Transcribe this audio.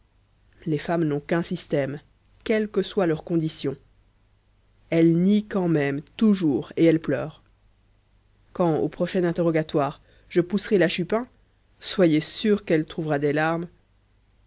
les femmes n'ont qu'un système quelle que soit leur condition elles nient quand même toujours et elles pleurent quand au prochain interrogatoire je pousserai la chupin soyez sûr qu'elle trouvera des larmes